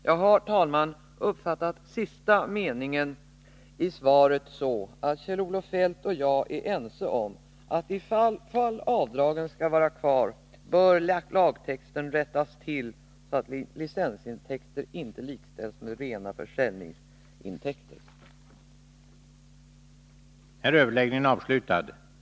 Jag har uppfattat sista meningen i svaret så att Kjell-Olof Feldt och jag är ense om att ifall avdragen skall vara kvar, bör lagtexten rättas till så att licensintäkter inte likställs med rena försäljningsintäkter.